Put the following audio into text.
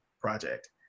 project